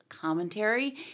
commentary